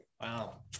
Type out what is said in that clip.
Wow